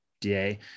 DA